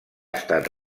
estat